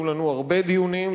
היו לנו הרבה דיונים,